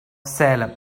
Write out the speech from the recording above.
salem